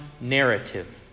narrative